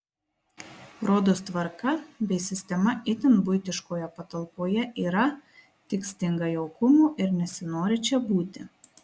rodos tvarka bei sistema itin buitiškoje patalpoje yra tik stinga jaukumo ir nesinori čia būti